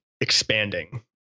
expanding